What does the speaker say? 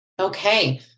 okay